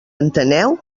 enteneu